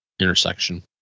intersection